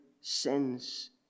sins